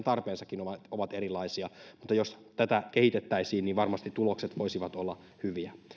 tarpeensakin ovat ovat erilaisia mutta jos tätä kehitettäisiin varmasti tulokset voisivat olla hyviä